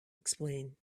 explain